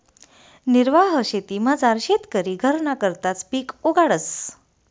निर्वाह शेतीमझार शेतकरी घरना करताच पिक उगाडस